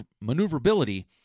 maneuverability